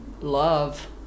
love